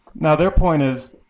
now, their point is,